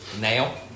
now